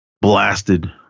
blasted